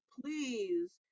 please